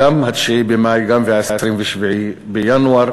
גם ה-9 במאי, גם ה-27 בינואר,